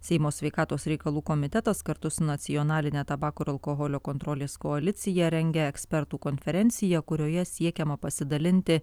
seimo sveikatos reikalų komitetas kartu su nacionaline tabako ir alkoholio kontrolės koalicija rengia ekspertų konferenciją kurioje siekiama pasidalinti